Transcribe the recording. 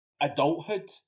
adulthood